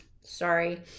Sorry